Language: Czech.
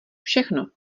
všechno